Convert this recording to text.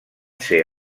ser